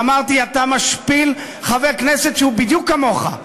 ואמרתי: אתה משפיל חבר כנסת שהוא בדיוק כמוך,